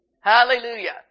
Hallelujah